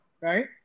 right